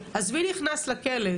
עזבי נכנס לכלא,